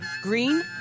green